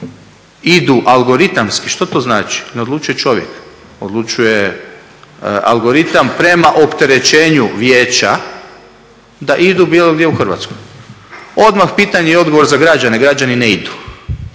idu algoritamski. Što to znači? Ne odlučuje čovjek, odlučuje algoritam prema opterećenju vijeća da idu bilo gdje u Hrvatsku. Odmah pitanje i odgovor za građane, građani ne idu